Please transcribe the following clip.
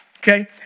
Okay